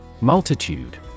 Multitude